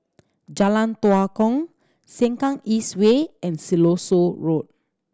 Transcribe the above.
Jalan Tua Kong Sengkang East Way and Siloso Road